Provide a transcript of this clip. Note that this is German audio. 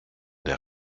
der